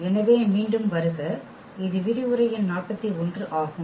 எனவே மீண்டும் வருக இது விரிவுரை எண் 41 ஆகும்